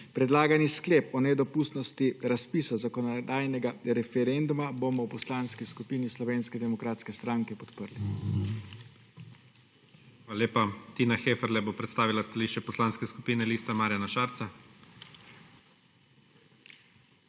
Predlagani sklep o nedopustnosti razpisa zakonodajnega referenduma bomo v Poslanski skupini Slovenske demokratske stranke podprli. PREDSEDNIK IGOR ZORČIČ: Hvala lepa. Tina Heferle bo predstavila stališče Poslanske skupine Lista Marjana Šarca.